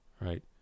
right